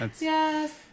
Yes